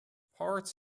parts